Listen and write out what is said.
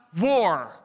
war